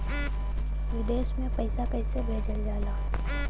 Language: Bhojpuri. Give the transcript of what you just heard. हमके लोन लेवे के बा?